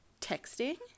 texting